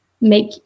make